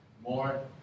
more